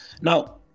Now